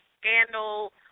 scandal